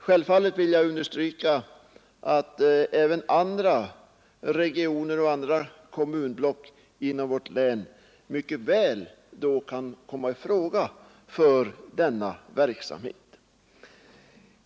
Självfallet vill jag understryka att även andra regioner och andra kommunblock inom vårt län mycket väl då kan komma i fråga för denna verksamhet.